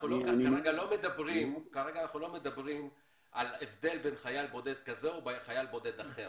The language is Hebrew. כרגע אנחנו לא מדברים על הבדל בין חייל בודד כזה או חייל בודד אחר,